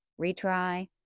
retry